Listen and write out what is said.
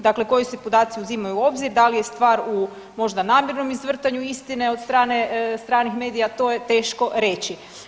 Dakle koji se podaci uzimaju u obzir, da li je stvar u, možda namjernom izvrtanju istine od strane stranih medija, to je teško reći.